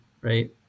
right